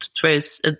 throws